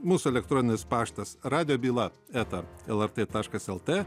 mūsų el paštas radijo byla eta lrt taškas el t